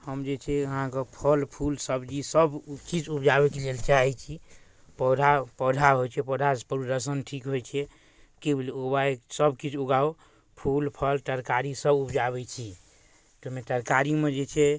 हम जे छै अहाँके फल फूल सब्जी सबचीज उपजाबैके लेल चाहै छी पौधा पौधा होइ छै पौधाके शुभ दर्शन ठीक होइ छै कि बुझलिए ओगाइ सबकिछु उगाउ फूल फल तरकारी सब उपजाबै छी ताहिमे तरकारीमे जे छै